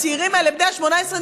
הצעירים האלה בני ה-18,